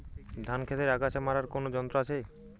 ধান ক্ষেতের আগাছা মারার কোন যন্ত্র আছে?